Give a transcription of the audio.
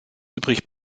übrig